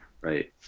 Right